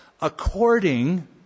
according